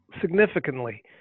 significantly